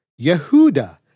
Yehuda